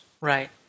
Right